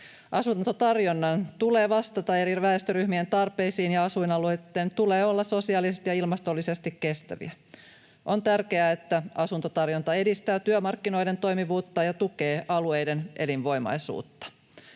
Asuntotarjonnan tulee vastata eri väestöryhmien tarpeisiin ja asuinalueitten tulee olla sosiaalisesti ja ilmastollisesti kestäviä. On tärkeää, että asuntotarjonta edistää työmarkkinoiden toimivuutta ja tukee alueiden elinvoimaisuutta.